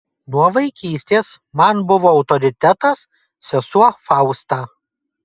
nuo vaikystės man buvo autoritetas sesuo fausta